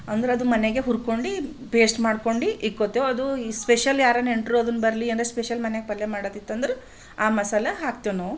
ಅಂದ್ರದು ಮನೆಗೆ ಹುರ್ಕೊಂಡು ಪೇಸ್ಟ್ ಮಾಡ್ಕೊಂಡು ಇಕ್ಕೊತ್ತೇವು ಅದು ಸ್ಪೆಷಲ್ ಯಾರ ನೆಂಟರು ಅದನ್ನ ಬರಲಿ ಅಂದರೆ ಸ್ಪೆಷಲ್ ಮನೆಗೆ ಪಲ್ಯ ಮಾಡದಿತ್ತಂದ್ರೆ ಆ ಮಸಾಲ ಹಾಕ್ತೇವೆ ನಾವು